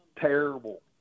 terrible